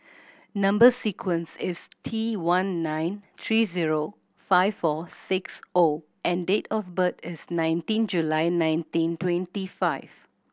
number sequence is T one nine three zero five four six O and date of birth is nineteen July nineteen twenty five